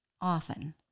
often